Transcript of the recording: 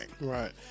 Right